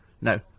No